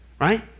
right